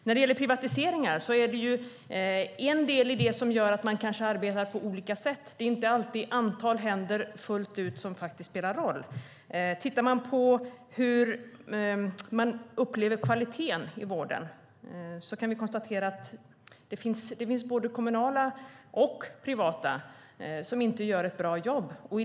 När det gäller privatiseringar arbetar man kanske på olika sätt inom verksamheterna. Det är inte alltid antalet händer som faktiskt spelar roll fullt ut. Tittar man på hur kvaliteten i vården upplevs kan man konstatera att det finns både kommunala och privata aktörer som inte gör ett bra jobb.